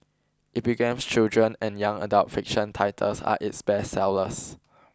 Epigram's children and young adult fiction titles are its bestsellers